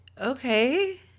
Okay